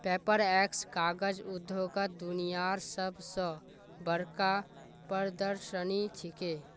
Paperex कागज उद्योगत दुनियार सब स बढ़का प्रदर्शनी छिके